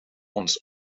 ons